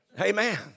Amen